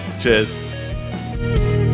Cheers